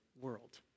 world